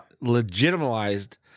legitimized